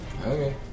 Okay